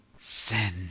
sin